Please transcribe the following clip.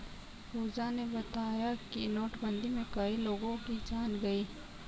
पूजा ने बताया कि नोटबंदी में कई लोगों की जान गई